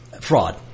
fraud